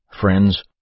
Friends